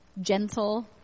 Gentle